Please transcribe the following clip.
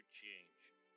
change